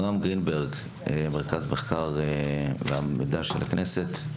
נעם גרינברג ממרכז המחקר והמידע של הכנסת,